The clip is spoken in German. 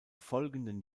folgenden